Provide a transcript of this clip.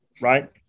right